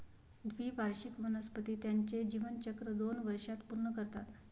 द्विवार्षिक वनस्पती त्यांचे जीवनचक्र दोन वर्षांत पूर्ण करतात